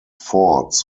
forts